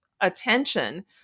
attention